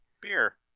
beer